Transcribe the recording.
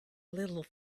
little